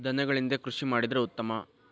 ದನಗಳಿಂದ ಕೃಷಿ ಮಾಡಿದ್ರೆ ಉತ್ತಮ